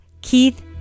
Keith